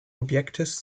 objektes